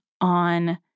on